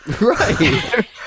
Right